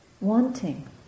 wanting